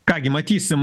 ką gi matysim